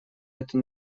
это